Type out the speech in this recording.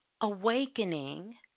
awakening